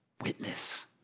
witness